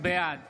בעד